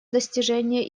достижение